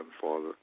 Father